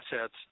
assets